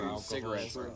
Cigarettes